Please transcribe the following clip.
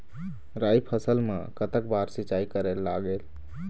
राई फसल मा कतक बार सिचाई करेक लागेल?